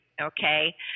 okay